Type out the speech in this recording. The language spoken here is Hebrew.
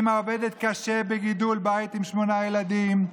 אימא עובדת קשה בגידול בית עם שמונה ילדים.